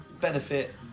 benefit